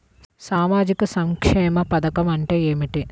సామాజిక సంక్షేమ పథకం అంటే ఏమిటి?